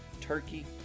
Turkey